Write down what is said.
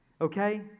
Okay